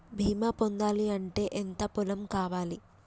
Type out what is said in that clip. బీమా పొందాలి అంటే ఎంత పొలం కావాలి?